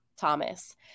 Thomas